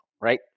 right